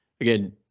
again